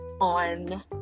on